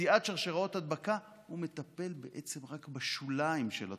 לקטיעת שרשראות הדבקה מטפל בעצם רק בשוליים של התופעה.